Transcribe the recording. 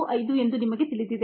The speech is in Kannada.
35 ಎಂದು ನಿಮಗೆ ತಿಳಿದಿದೆ